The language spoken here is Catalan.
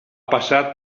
passat